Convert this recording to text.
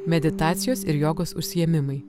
meditacijos ir jogos užsiėmimai